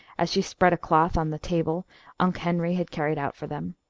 as she spread a cloth on the table unc' henry had carried out for them.